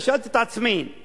אני שאלתי את עצמי,